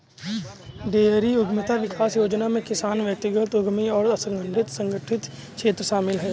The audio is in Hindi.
डेयरी उद्यमिता विकास योजना में किसान व्यक्तिगत उद्यमी और असंगठित संगठित क्षेत्र शामिल है